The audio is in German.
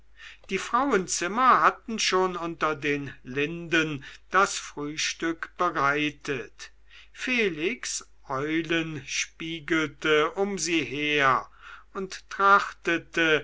die frauenzimmer hatten schon unter den linden das frühstück bereitet felix eulenspiegelte um sie her und